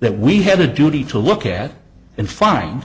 that we have a duty to look at and fin